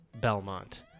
belmont